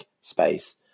space